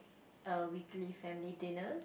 a weekly family dinners